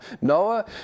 Noah